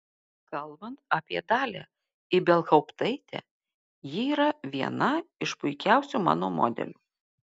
kalbant apie dalią ibelhauptaitę ji yra viena iš puikiausių mano modelių